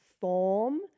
form